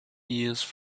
used